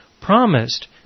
promised